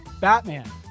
Batman